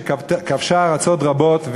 שכבשה ארצות רבות,